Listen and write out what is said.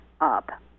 up